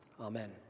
Amen